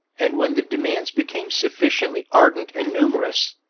and when the demands became sufficiently ardent and numerous,